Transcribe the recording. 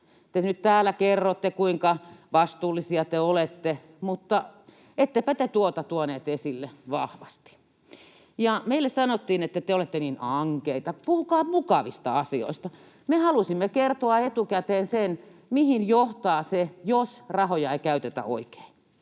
Te nyt täällä kerrotte, kuinka vastuullisia te olette, mutta ettepä te tuota tuoneet esille vahvasti. Meille sanottiin: ”Te olette niin ankeita, puhukaa mukavista asioista.” Me halusimme kertoa etukäteen sen, mihin johtaa se, jos rahoja ei käytetä oikein.